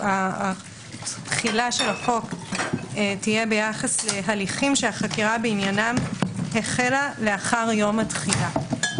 שתחילת החוק תהיה ביחס להליכים שהחקירה בעניינם החלה לאחר יום התחילה.